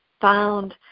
found